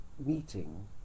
meeting